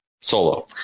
solo